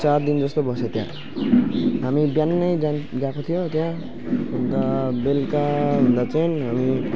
तिन चार दिन जस्तो बस्यौँ त्यहाँ हामी बिहान नै जान गएको थियो त्यहाँ अन्त बेलुकाभन्दा चाहिँ हामी